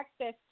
access